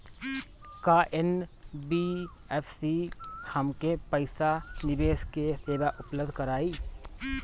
का एन.बी.एफ.सी हमके पईसा निवेश के सेवा उपलब्ध कराई?